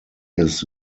his